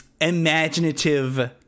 imaginative